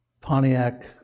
Pontiac